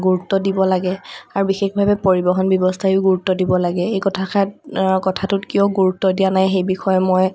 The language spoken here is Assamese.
গুৰুত্ব দিব লাগে আৰু বিশেষভাৱে পৰিৱহণ ব্যৱস্থায়ো গুৰুত্ব দিব লাগে এই কথাষাৰ কথাটোত কিয় গুৰুত্ব দিয়া নাই সেই বিষয়ে মই